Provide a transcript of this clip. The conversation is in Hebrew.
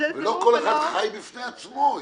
לא כל אחד חי בפני עצמו.